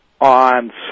on